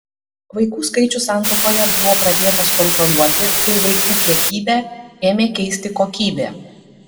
vaikų skaičius santuokoje buvo pradėtas kontroliuoti ir vaikų kiekybę ėmė keisti kokybė